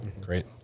Great